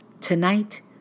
Tonight